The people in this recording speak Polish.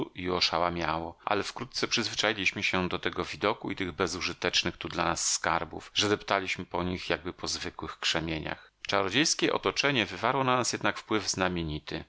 i oszałamiało ale wkrótce przyzwyczailiśmy się tak do tego widoku i tych bezużytecznych tu dla nas skarbów że deptaliśmy po nich jakby po zwykłych krzemieniach czarodziejskie otoczenie wywarło na nas jednak wpływ znamienity było nam